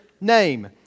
name